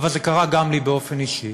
אבל זה קרה גם לי באופן אישי,